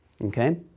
Okay